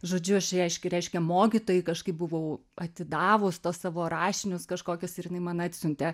žodžiu aš reiškia reiškia mokytojai kažkaip buvau atidavus tuos savo rašinius kažkokius ir jinai man atsiuntė